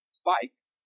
spikes